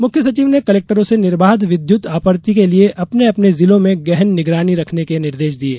मुख्य सचिव ने कलेक्टरों से निर्बाध विद्युत आपूर्ति के लिये अपने अपने जिलों में गहन निगरानी रखने के निर्देश दिये